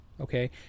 okay